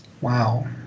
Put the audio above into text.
Wow